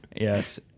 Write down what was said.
Yes